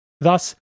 Thus